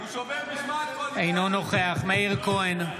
אינו נוכח מאיר כהן,